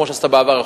כמו שעשית בעבר,